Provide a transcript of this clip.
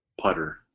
putter